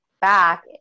back